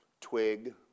Twig